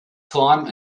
climb